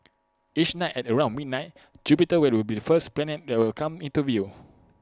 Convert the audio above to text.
each night at around midnight Jupiter will be the first planet that will come into view